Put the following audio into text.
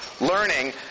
learning